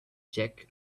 jack